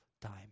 time